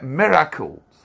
miracles